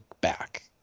back